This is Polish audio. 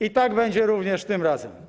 I tak będzie również tym razem.